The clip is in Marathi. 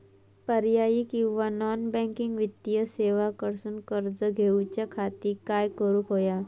पर्यायी किंवा नॉन बँकिंग वित्तीय सेवा कडसून कर्ज घेऊच्या खाती काय करुक होया?